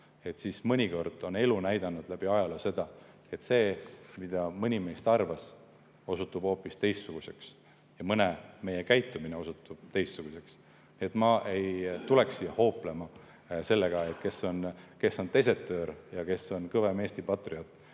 elu on mõnikord näidanud läbi ajaloo: see, mida mõni meist arvas, osutub hoopis teistsuguseks, ja meist mõne käitumine osutub teistsuguseks. Ma ei tuleks siia hooplema sellega, kes on desertöör ja kes on kõvem Eesti patrioot,